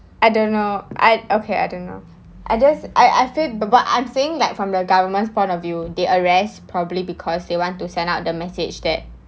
I don't know I okay I don't know I just I I feel but I'm saying like from the government's point of view they arrest probably because they want to send out the message that